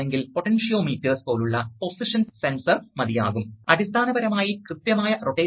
അതിനാൽ ഇതാണ് pilot port എന്ന് നിങ്ങൾ കാണുന്നു അതിനാൽ വായു വന്ന് ഈ അറയിൽ നിറയുന്നു